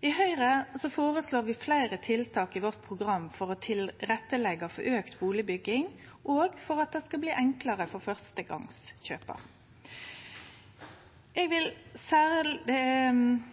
I Høgre føreslår vi fleire tiltak i programmet vårt for å leggje til rette for auka bustadbygging og for at det skal bli enklare for førstegongskjøparar. Eg vil